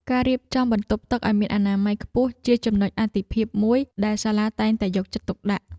ការរៀបចំបន្ទប់ទឹកឱ្យមានអនាម័យខ្ពស់ជាចំណុចអាទិភាពមួយដែលសាលាតែងតែយកចិត្តទុកដាក់។